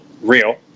real